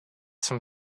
some